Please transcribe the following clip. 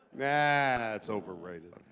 yeah it's overrated.